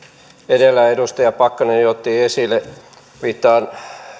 edellä edustaja pakkanen jo otti esille viittaan